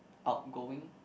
outgoing